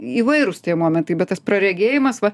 įvairūs tie momentai bet tas praregėjimas va